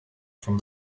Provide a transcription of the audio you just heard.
from